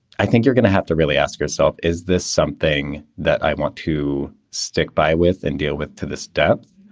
i think you're gonna have to really ask yourself, is this something that i want to stick by with and deal with to this depth?